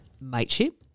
mateship